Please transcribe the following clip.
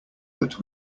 but